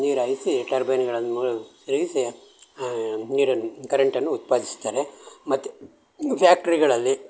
ನೀರು ಹಾಯ್ಸಿ ಟರ್ಬೈನ್ಗಳನ್ನ ಮುಳ್ಳು ತಿರುಗಿಸಿ ಆ ನೀರನ ಕರೆಂಟನ್ನು ಉತ್ಪಾದಿಸ್ತಾರೆ ಮತ್ತು ಇನ್ನೂ ಫ್ಯಾಕ್ಟ್ರಿಗಳಲ್ಲಿ